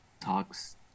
talks